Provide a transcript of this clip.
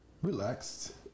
Relaxed